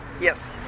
yes